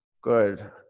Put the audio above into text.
Good